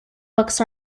books